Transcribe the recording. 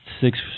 six